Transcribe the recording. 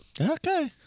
Okay